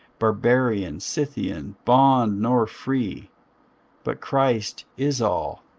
barbarian, scythian, bond nor free but christ is all,